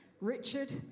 Richard